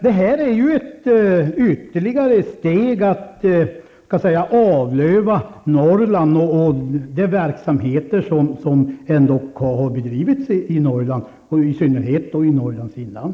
Det här är ytterligare ett steg i att avlöva Norrland och de verksamheter som har bedrivits i Norrland, och i synnerhet i Norrlands inland.